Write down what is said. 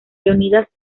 leónidas